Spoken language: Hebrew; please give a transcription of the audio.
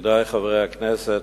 ידידי חברי הכנסת,